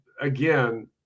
again